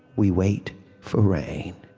we wait for rain.